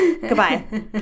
Goodbye